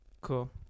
Cool